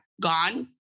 gone